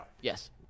Yes